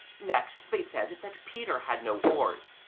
next they said that peter had no oars,